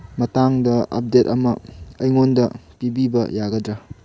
ꯃꯇꯥꯡꯗ ꯑꯞꯗꯦꯠ ꯑꯃ ꯑꯩꯉꯣꯟꯗ ꯄꯤꯕꯤꯕ ꯌꯥꯒꯗ꯭ꯔ